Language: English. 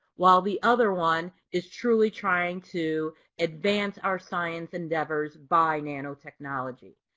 while the other one is truly trying to advance our science endeavors by nanotechnology.